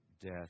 death